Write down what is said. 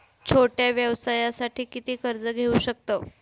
छोट्या व्यवसायासाठी किती कर्ज घेऊ शकतव?